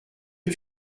que